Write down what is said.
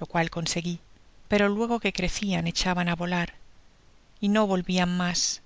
lo cual consegui pero luego que crecian echaban á volar y no volvian mas